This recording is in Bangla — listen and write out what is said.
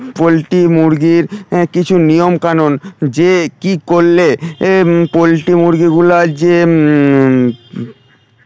পোলট্রি মুরগির কিছু নিয়মকানুন যে কী করলে এ পোলট্রি মুরগিগুলার যে